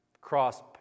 cross